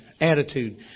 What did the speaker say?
Attitude